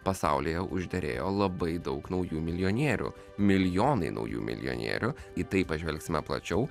pasaulyje užderėjo labai daug naujų milijonierių milijonai naujų milijonierių į tai pažvelgsime plačiau